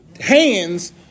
hands